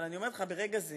אבל אני אומרת לך, ברגע זה